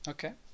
Okay